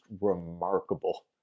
remarkable